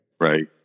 Right